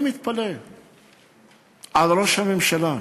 לסיום: אני מתפלא על ראש הממשלה.